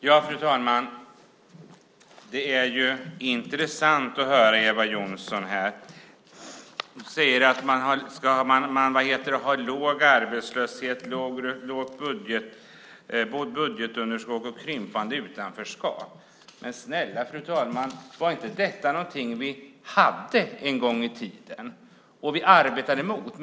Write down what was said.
Fru talman! Det är intressant att höra Eva Johnsson här. Hon säger att vi har låg arbetslöshet, lågt budgetunderskott och ett krympande utanförskap. Men snälla, fru talman, var inte detta någonting som vi hade en gång i tiden och som vi arbetade för?